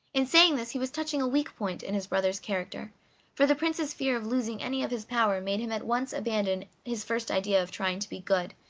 in saying this he was touching a weak point in his brother's character for the prince's fear of losing any of his power made him at once abandon his first idea of trying to be good,